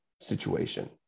situation